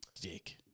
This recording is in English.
Dick